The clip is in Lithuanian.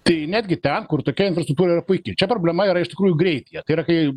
tai netgi ten kur tokia infrastruktūra yra puiki čia problema yra iš tikrųjų greityje tai yra kai